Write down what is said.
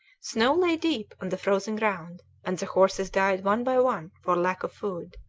snow lay deep on the frozen ground, and the horses died one by one for lack of food,